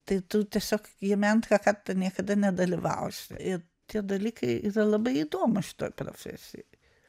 tai tu tiesiog jame antrą kartą niekada nedalyvausi ir tie dalykai yra labai įdomūs šitoj profesijoj